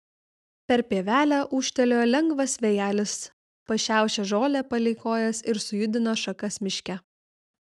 per pievelę ūžtelėjo lengvas vėjelis pašiaušė žolę palei kojas ir sujudino šakas miške